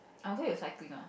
I'm okay with cycling ah